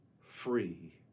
free